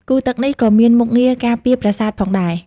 គូរទឹកនេះក៏មានមុខងារការពារប្រាសាទផងដែរ។